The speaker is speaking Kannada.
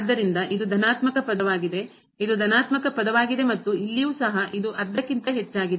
ಆದ್ದರಿಂದ ಇದು ಧನಾತ್ಮಕ ಪದವಾಗಿದೆ ಇದು ಧನಾತ್ಮಕ ಪದವಾಗಿದೆ ಮತ್ತು ಇಲ್ಲಿಯೂ ಸಹ ಇದು ಅರ್ಧಕ್ಕಿಂತ ಹೆಚ್ಚಾಗಿದೆ